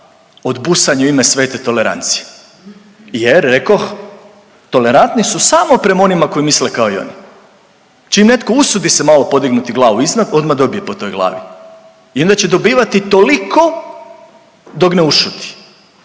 od busanja u ime svete tolerancije, jer rekoh tolerantni su samo prema onima koji misle kao i oni. Čim netko usudi se malo podignuti glavu iznad odmah dobije po toj glavi. I onda će dobivati toliko dok ne ušuti.